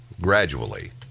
Gradually